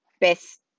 best